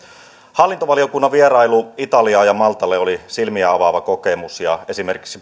hallintovaliokunnan vierailu italiaan ja maltalle oli silmiä avaava kokemus esimerkiksi